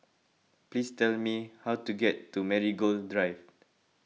please tell me how to get to Marigold Drive